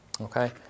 okay